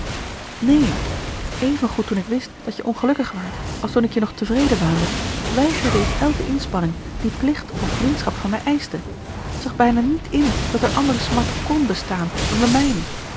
neen evengoed toen ik wist dat je ongelukkig waart als toen ik je nog tevreden waande weigerde ik elke inspanning die plicht of vriendschap van mij eischte zag bijna niet in dat er andere smart kn bestaan dan de mijne